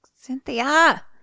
Cynthia